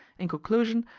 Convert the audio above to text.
in conclusion,